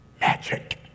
magic